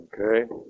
Okay